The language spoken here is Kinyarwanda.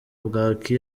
bwaki